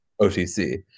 OTC